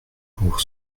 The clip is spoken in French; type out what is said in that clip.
pour